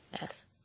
Yes